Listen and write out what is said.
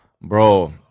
Bro